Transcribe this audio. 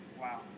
Wow